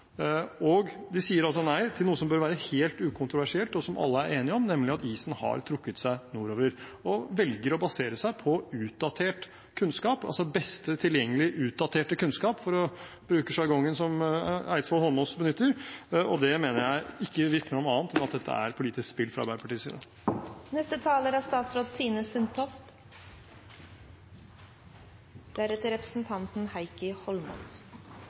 De sier også nei til noe som bør være helt ukontroversielt, og som alle er enige om, nemlig at isen har trukket seg nordover, og velger å basere seg på beste tilgjengelige utdaterte kunnskap, for å bruke sjargongen som Eidsvoll Holmås benytter. Det mener jeg ikke vitner om annet enn at dette er politisk spill fra Arbeiderpartiets side. :Jeg skjønner at det er